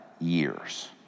years